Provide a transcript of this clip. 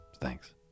Thanks